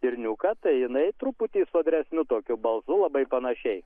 stirniuką tai jinai truputį sodresniu tokiu balsu labai panašiai